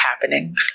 happening